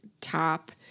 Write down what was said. top